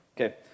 okay